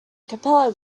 capella